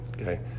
okay